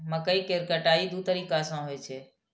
मकइ केर कटाइ दू तरीका सं होइ छै